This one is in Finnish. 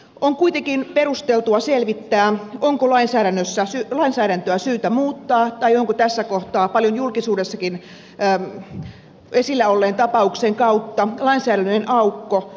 on kuitenkin perusteltua selvittää onko lainsäädäntöä syytä muuttaa tai onko tässä kohtaa paljon julkisuudessakin esillä olleen tapauksen kautta lainsäädännöllinen aukko